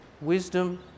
Wisdom